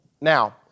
Now